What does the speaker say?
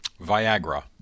Viagra